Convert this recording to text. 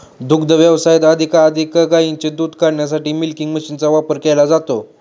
दुग्ध व्यवसायात अधिकाधिक गायींचे दूध काढण्यासाठी मिल्किंग मशीनचा वापर केला जातो